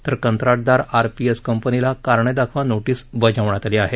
तर कंत्राटदार R P S कंपनीला कारणे दाखवा नोटीस बजावण्यात आली आहे